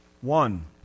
One